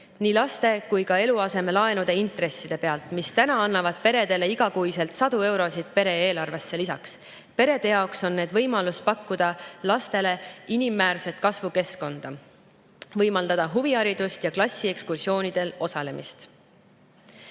nii laste kui ka eluasemelaenude intresside pealt, mis täna annavad peredele igakuiselt sadu eurosid pere eelarvesse lisaks. Perede jaoks on need võimaluseks pakkuda lastele inimväärset kasvukeskkonda, võimaldada huviharidust ja klassiekskursioonidel osalemist."Just